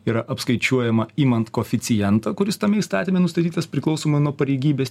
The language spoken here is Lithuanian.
yra apskaičiuojama imant koeficientą kuris tame įstatyme nustatytas priklausomai nuo pareigybės